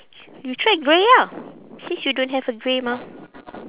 you try grey ah since you don't have a grey mah